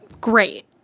great